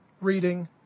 reading